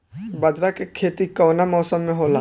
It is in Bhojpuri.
बाजरा के खेती कवना मौसम मे होला?